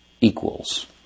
equals